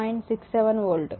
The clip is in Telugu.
67 వోల్ట్